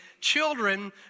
children